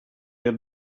had